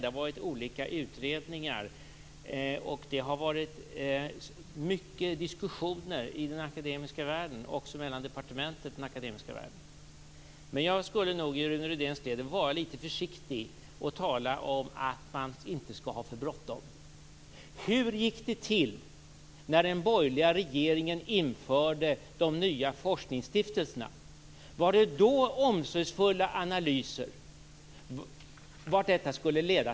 Det har varit olika utredningar, och det har förts många diskussioner i den akademiska världen, också mellan departementet och den akademiska världen. Jag skulle nog i Rune Rydéns ställe vara litet försiktig med att tala om att man inte skall ha för bråttom. Hur gick det till när den borgerliga regeringen införde de nya forskningsstiftelserna? Gjordes det då omsorgsfulla analyser av vart detta skulle leda?